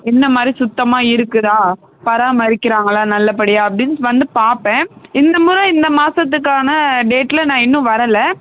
என்ன மாதிரி சுத்தமாக இருக்குதா பராமரிக்கிறாங்களா நல்லபடியாக அப்படின் வந்து பார்ப்பே இந்த முறை இந்த மாதத்துக்கான டேட்டில் நான் இன்னும் வரலை